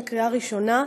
לקריאה ראשונה,